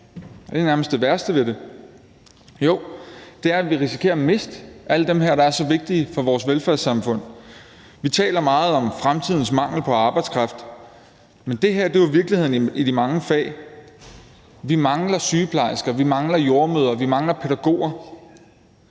Det er nærmest det værste ved det: Jo, det er at vi risikerer at miste alle dem her, der er så vigtige for vores velfærdssamfund. Vi taler meget om fremtidens mangel på arbejdskraft. Men det her er jo virkeligheden i de mange fag: Vi mangler sygeplejersker, vi mangler jordemødre, vi mangler pædagoger.